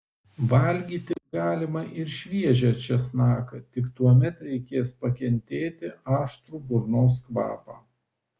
valgyti galima ir šviežią česnaką tik tuomet reikės pakentėti aštrų burnos kvapą